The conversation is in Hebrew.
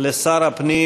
לשר הפנים